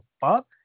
fuck